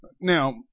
Now